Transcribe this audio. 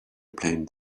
playing